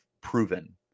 proven